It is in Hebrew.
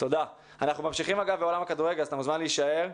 אנחנו ממשיכים בעולם הכדורגל אז אתה מוזמן להישאר.